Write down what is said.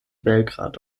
belgrad